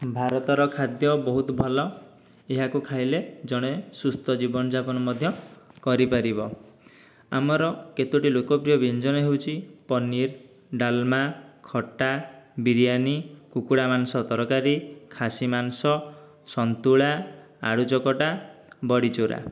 ଭାରତର ଖାଦ୍ୟ ବହୁତ ଭଲ ଏହାକୁ ଖାଇଲେ ଜଣେ ସୁସ୍ଥ ଜୀବନ ଯାପନ ମଧ୍ୟ କରିପାରିବ ଆମର କେତୋଟି ଲୋକପ୍ରିୟ ବ୍ୟଞ୍ଜନ ହେଉଛି ପନିର ଡାଲମା ଖଟା ବିରୀୟାନି କୁକୁଡ଼ା ମାଂସ ତରକାରି ଖାସି ମାଂସ ସନ୍ତୁଳା ଆଳୁ ଚକଟା ବଡ଼ି ଚୁରା